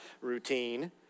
routine